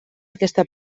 aquesta